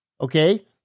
okay